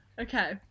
Okay